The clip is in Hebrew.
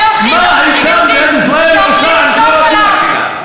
הם הורגים יהודים שאוכלים שוקולד,